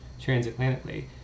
transatlantically